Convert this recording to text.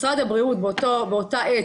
משרד הבריאות באותה עת,